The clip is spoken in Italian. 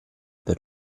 per